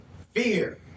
fear